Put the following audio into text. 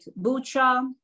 Bucha